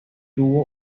tuvo